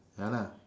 ya lah